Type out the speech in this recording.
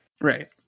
right